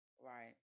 Right